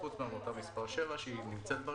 חוץ מעמותה מס' 7 שנמצאת ברשימה.